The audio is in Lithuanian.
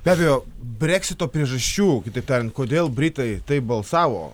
be abejo breksito priežasčių kitaip tariant kodėl britai taip balsavo